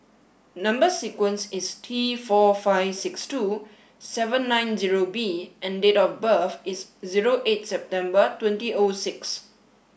number sequence is T four five six two seven nine zero B and date of birth is zero eight September twenty O six